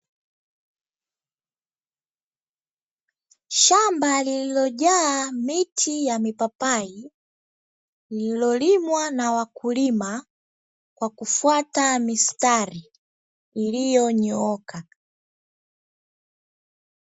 Shamba lilojaa miti ya mipapai, lilolimwa na wakulima kwa kufuata mistari iliyonyooka.